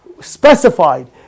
specified